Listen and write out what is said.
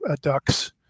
Ducks